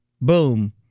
boom